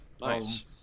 Nice